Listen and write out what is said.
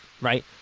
Right